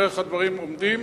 ונראה איך הדברים עומדים.